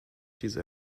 diese